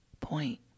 point